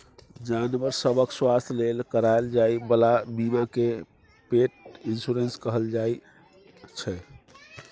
जानबर सभक स्वास्थ्य लेल कराएल जाइ बला बीमा केँ पेट इन्स्योरेन्स कहल जाइ छै